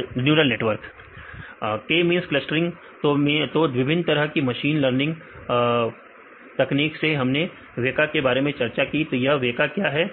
विद्यार्थी neural network k means clustering तो विभिन्न तरह की मशीन लर्निंग पत्नी से हमने वेका के बारे में चर्चा की तो यह वेका क्या है